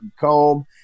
comb